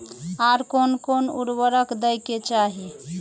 आर कोन कोन उर्वरक दै के चाही?